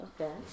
Okay